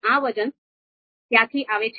આ વજન ક્યાંથી આવે છે